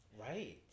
right